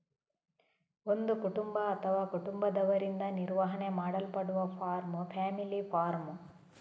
ಒಂದು ಕುಟುಂಬ ಅಥವಾ ಕುಟುಂಬದವರಿಂದ ನಿರ್ವಹಣೆ ಮಾಡಲ್ಪಡುವ ಫಾರ್ಮ್ ಫ್ಯಾಮಿಲಿ ಫಾರ್ಮ್